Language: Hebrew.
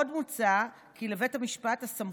עוד מוצע כי לבית המשפט הסמכות,